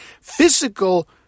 physical